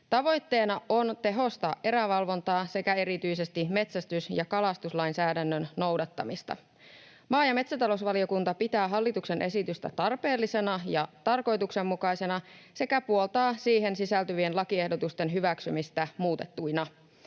Tavoitteena on tehostaa erävalvontaa sekä erityisesti metsästys- ja kalastuslainsäädännön noudattamista. Maa- ja metsätalousvaliokunta pitää hallituksen esitystä tarpeellisena ja tarkoituksenmukaisena sekä puoltaa siihen sisältyvien lakiehdotusten hyväksymistä muutettuina.